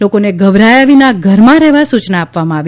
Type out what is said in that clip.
લોકોને ગભરાયા વિના ઘર માં રહેવા સૂચના આપવામાં આવી